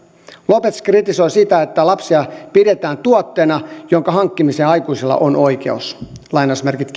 lopez kritisoi sitä että lapsia pidetään tuotteena jonka hankkimiseen aikuisilla on oikeus